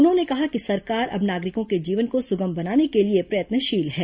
उन्होंने कहा कि सरकार अब नागरिकों के जीवन को सुगम बनाने के लिए प्रयत्नशील है